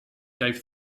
gave